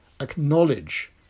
acknowledge